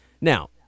Now